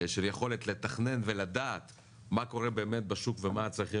של יכולת לתכנן ולדעת מה קורה באמת בשוק ומה הצרכים